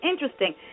interesting –